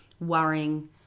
worrying